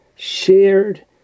shared